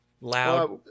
loud